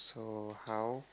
so how